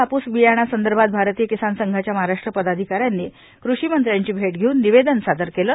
कापूस बियाण्यांसंदर्भात भारतीय किसान संघाच्या महाराष्ट्र पदाधिकाऱ्यांनी कृषिमंत्र्यांची भेट घेऊन निवेदन सादर केले